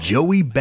Joey